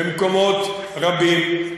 במקומות רבים,